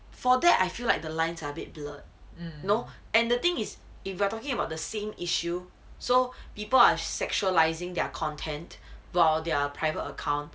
for that I feel like the lines are a bit blurred know and the thing is if you are talking about the same issue so people are sexualizing their content while their private account